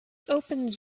opens